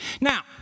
Now